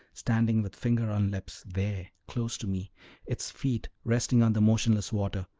standing with finger on lips, there, close to me its feet resting on the motionless water,